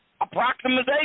approximation